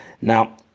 Now